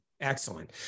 Excellent